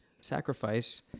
sacrifice